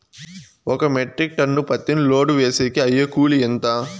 ఒక metric tonne పత్తిని load వేసేకి అయ్యే కూలి ఎంత?